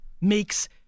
makes